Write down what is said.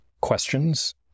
questions